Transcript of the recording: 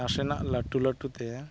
ᱱᱟᱥᱮᱱᱟᱜ ᱞᱟᱹᱴᱩ ᱞᱟᱹᱴᱩᱛᱮ